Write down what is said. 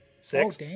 Six